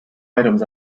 items